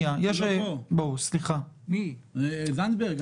הוא לא פה, זנדברג.